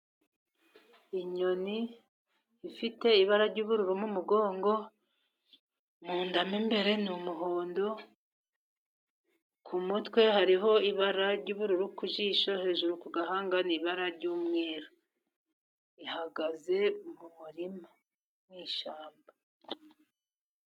Inyoni ifite ibara ry'ubururu m'umugongo, mu nda mw' imbere ni umuhondo, ku mutwe hariho ibara ry'ubururu, ku jisho hejuru ku gahanga ni ibara ry'umweru, ihagaze mu murima mu ishyamba.